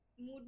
Mood